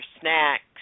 snacks